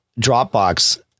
Dropbox